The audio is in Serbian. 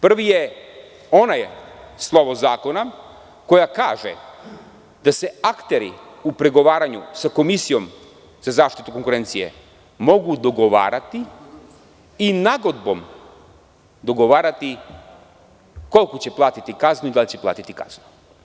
Prvi je, ona slova zakona koja kažu da se akteri u pregovaranju sa Komisijom za zaštitu konkurencije mogu dogovarati i nagodbom dogovarati koliko će platiti kaznu i da li će platiti kaznu.